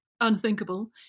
unthinkable